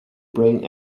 bring